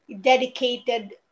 dedicated